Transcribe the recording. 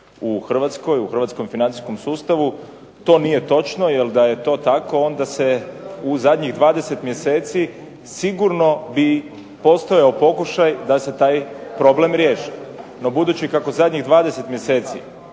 u Hrvatskoj, u hrvatskom financijskom sustavu. To nije točno, jer da je to tako onda se u zadnjih 20 mjeseci sigurno bi postojao pokušaj da se taj problem riješi. No budući kako zadnjih 20 mjeseci